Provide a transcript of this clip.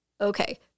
Okay